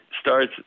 starts